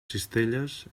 cistelles